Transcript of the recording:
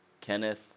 Kenneth